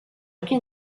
can